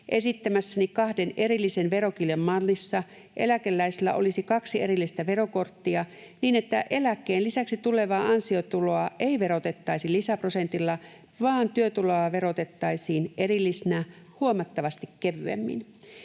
Esittämässäni kahden erillisen verokirjan mallissa eläkeläisillä olisi kaksi erillistä verokorttia niin, että eläkkeen lisäksi tulevaa ansiotuloa ei verotettaisi lisäprosentilla vaan työtuloa verotettaisiin erillisenä huomattavasti kevyemmin.